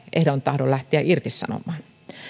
ehdoin tahdoin lähteä irtisanomaan